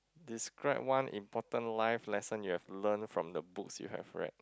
describe one important life lesson you have learned from the books you have read